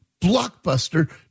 blockbuster